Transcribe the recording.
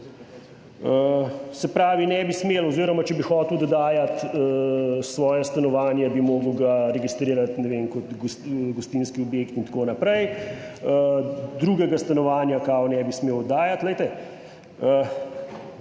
Se pravi, ne bi smel oziroma če bi hotel dodajati svoje stanovanje, bi ga moral registrirati kot gostinski objekt in tako naprej, drugega stanovanja kao ne bi smel oddajati. Glejte,